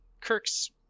Kirk's